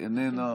לא נמצא,